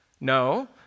No